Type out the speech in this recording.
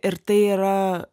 ir tai yra